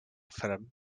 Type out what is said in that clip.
ferm